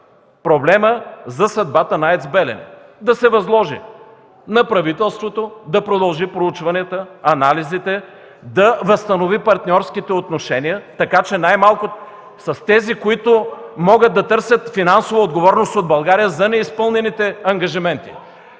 проблема за съдбата на АЕЦ „Белене” – да се възложи на правителството да продължи проучванията, анализите, да възстанови партньорските отношения, най-малкото с тези, които могат да търсят финансова отговорност от България за неизпълнените ангажименти,